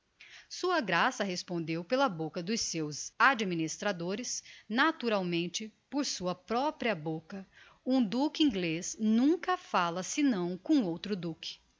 sua graça respondeu pela bocca dos seus administradores naturalmente por sua propria bocca um duque inglez nunca falla senão com outro duque